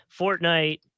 Fortnite